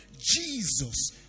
Jesus